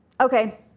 Okay